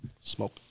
Smoke